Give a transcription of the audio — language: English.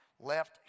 left